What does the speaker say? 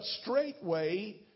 straightway